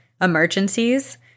emergencies